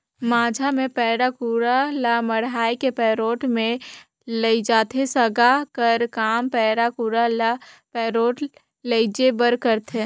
माझा मे पैरा कुढ़ा ल मढ़ाए के पैरोठ मे लेइजथे, सागा कर काम पैरा कुढ़ा ल पैरोठ लेइजे बर करथे